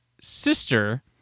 sister